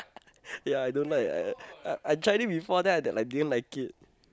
ya I don't like I I I tried it before then I that I didn't like it